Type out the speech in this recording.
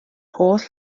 holl